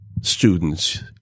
students